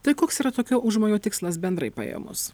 tai koks yra tokio užmojo tikslas bendrai paėmus